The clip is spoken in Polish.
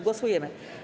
Głosujemy.